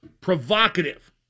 provocative